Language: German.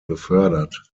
befördert